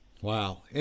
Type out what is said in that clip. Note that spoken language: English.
Wow